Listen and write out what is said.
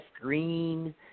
Green